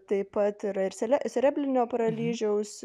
taip pat yra ir sere celebrinio paralyžiaus